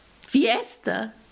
Fiesta